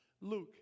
Luke